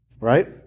right